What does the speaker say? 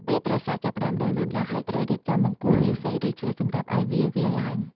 ពេលត្រសក់ចាប់ផ្តើមដុះលូតលាស់ហើយ ត្រូវរៀបចំបង្គោលឫស្សី ឬឈើសម្រាប់ឲ្យវាវារឡើង។